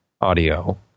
audio